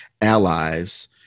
allies